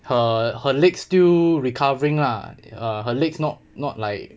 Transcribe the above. her her leg still recovering lah err her leg not not like